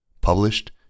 Published